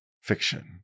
fiction